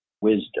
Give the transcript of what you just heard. wisdom